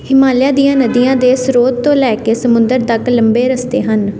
ਹਿਮਾਲਿਆ ਦੀਆਂ ਨਦੀਆਂ ਦੇ ਸਰੋਤ ਤੋਂ ਲੈ ਕੇ ਸਮੁੰਦਰ ਤੱਕ ਲੰਬੇ ਰਸਤੇ ਹਨ